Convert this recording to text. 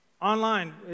Online